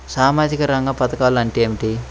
సామాజిక రంగ పధకాలు అంటే ఏమిటీ?